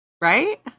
Right